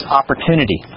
opportunity